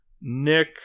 Nick